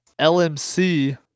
LMC